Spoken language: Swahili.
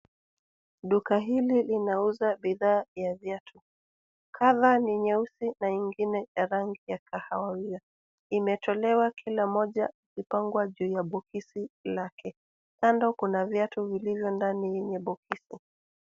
Duka hili linauza bidhaa vya viatu. Colour ni nyeusi na nyingine ya rangi ya kahawia. Imetolewa kila moja imepangwa juu ya bokisi lake. Kando kuna viatu vilivyo ndani bokisi.